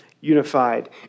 unified